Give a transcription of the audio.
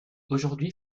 aujourd’hui